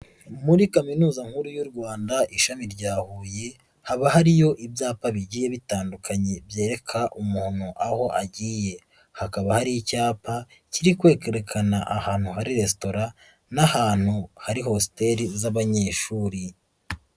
Muri kaminuza nkuru y'u Rwanda ishami rya Huye, haba hariyo ibyapa bigiye bitandukanye, byereka umuntu aho agiye, hakaba hari icyapa kiri kwekerekana ahantu hari resitora, n'ahantu hari hositeli z'abanyeshuri.